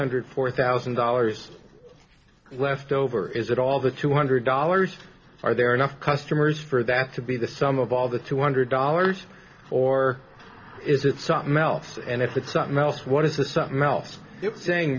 hundred four thousand dollars left over is it all the two hundred dollars are there enough customers for that to be the sum of all the two hundred dollars or is it something else and if it's something else what is the something else saying